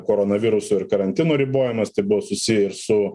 koronavirusu ir karantino ribojamas tai buvo susiję su